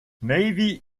navy